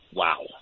wow